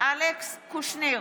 אלכס קושניר,